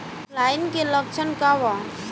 ऑफलाइनके लक्षण क वा?